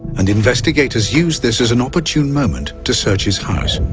and investigators used this as an opportune moment to search his house.